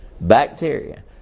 bacteria